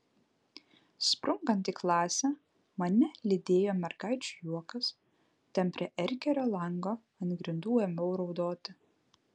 sprunkant į klasę mane lydėjo mergaičių juokas ten prie erkerio lango ant grindų ėmiau raudoti